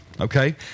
okay